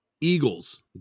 Eagles